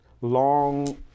long